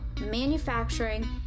manufacturing